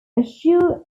ashur